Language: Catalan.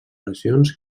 lesions